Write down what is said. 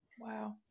Wow